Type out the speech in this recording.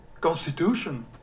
constitution